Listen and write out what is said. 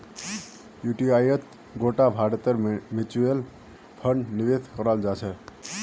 युटीआईत गोटा भारतेर म्यूच्यूअल फण्ड निवेश कराल जाहा